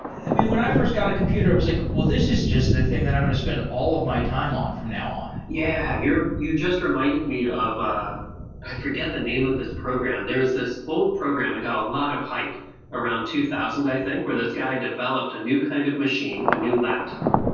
i mean, when i first got a computer i was like, well, this is just the thing that i'm going to spend all of my time on from now on. yeah. you just reminded me of i forget the name of this program. there is this old program i got a lot of hype around two thousand, i think, where this guy developed a new kind of machine, a new laptop.